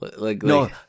No